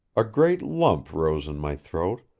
a great lump rose in my throat,